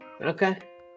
Okay